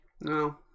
No